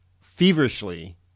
feverishly